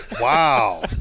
Wow